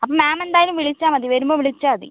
അപ്പോൾ മാം എന്തായാലും വിളിച്ചാൽ മതി വരുമ്പോൾ വിളിച്ചാൽ മതി